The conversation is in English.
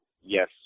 yes